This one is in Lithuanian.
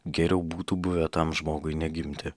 geriau būtų buvę tam žmogui negimti